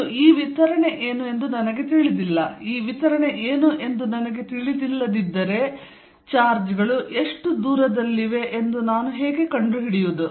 ಮತ್ತು ಈ ವಿತರಣೆ ಏನು ಎಂದು ನನಗೆ ತಿಳಿದಿಲ್ಲ ಈ ವಿತರಣೆ ಏನು ಎಂದು ನನಗೆ ತಿಳಿದಿಲ್ಲದಿದ್ದರೆ ಚಾರ್ಜ್ಗಳು ಎಷ್ಟು ದೂರದಲ್ಲಿವೆ ಎಂದು ನಾನು ಹೇಗೆ ಕಂಡುಹಿಡಿಯುವುದು